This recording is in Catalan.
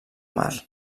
mar